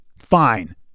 Fine